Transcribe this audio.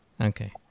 Okay